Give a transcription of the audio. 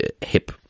hip